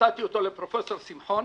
נתתי אותו לפרופ' שמחון,